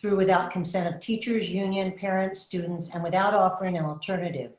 through without without consent of teachers union, parents, students and without offering an alternative,